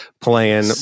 playing